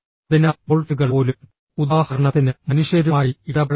അതിനാൽ ഡോൾഫിനുകൾ പോലും ഉദാഹരണത്തിന് മനുഷ്യരുമായി ഇടപഴകുക